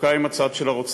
דווקא עם הצד של הרוצחים.